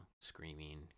screaming